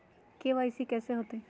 KYC कैसे होतई?